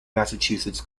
massachusetts